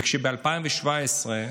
וכשב-2017,